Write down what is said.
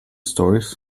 stories